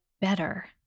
better